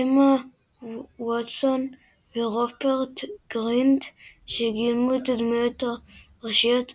אמה ווטסון ורופרט גרינט – שגילמו את הדמויות הראשיות הארי,